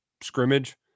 scrimmage